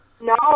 No